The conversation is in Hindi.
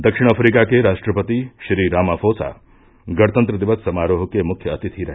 दक्षिण अफ्रीका के राष्ट्रपति श्री रामाफोसा गणतंत्र दिवस समारोह के मुख्य अतिथि रहे